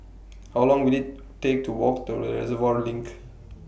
How Long Will IT Take to Walk to Reservoir LINK